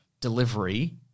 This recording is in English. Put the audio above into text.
delivery